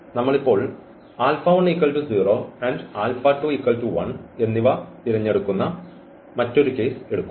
നമ്മൾ ഇപ്പോൾ എന്നിവ തിരഞ്ഞെടുക്കുന്ന മറ്റൊരു കേസ് എടുക്കും